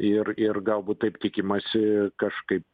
ir ir galbūt taip tikimasi kažkaip